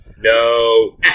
No